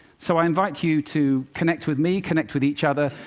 so i invite you to connect with me, connect with each other,